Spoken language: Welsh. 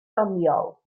doniol